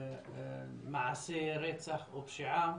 ממעשה רצח או פשיעה